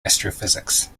astrophysics